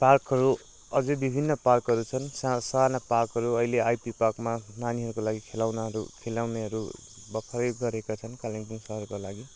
पार्कहरू अझै विभिन्न पार्कहरू छन् सासाना पार्कहरू अहिले आइपी पार्कमा नानीहरको लागि खेलौनाहरू खेलाउनेहरू भर्खरै गरेका छन् कालिम्पोङ सहरको लागि